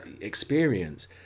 experience